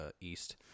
east